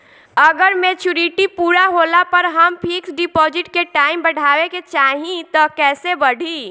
अगर मेचूरिटि पूरा होला पर हम फिक्स डिपॉज़िट के टाइम बढ़ावे के चाहिए त कैसे बढ़ी?